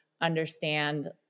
understand